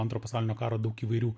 antro pasaulinio karo daug įvairių